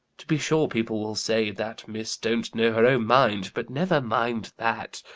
to be sure people will say, that miss don't know her own mind but never mind that!